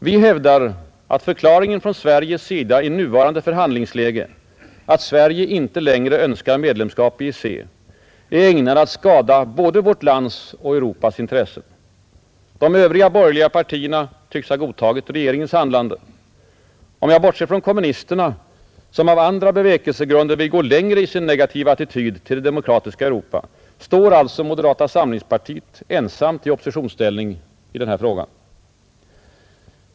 Vi hävdar, att förklaringen från Sveriges sida i nuvarande förhandlingsläge, att Sverige inte längre önskar medlemskap i EEC, är ägnad att skada både vårt lands och Europas intressen, De övriga borgerliga partierna tycks ha godtagit regeringens handlande, Om jag bortser från kommunisterna, som av andra bevekelsegrunder vill gå längre i sin negativa attityd till det demokratiska Europa, står moderata samlingspartiet alltså ensamt i oppositionsställning i den här frågan.